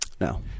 No